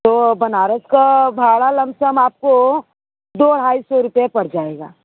तो बनारस का भाड़ा लम सम आपको दो अढ़ाई सौ रुपये पड़ जाएगा